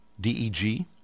DEG